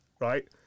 right